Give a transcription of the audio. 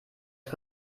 ist